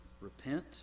Repent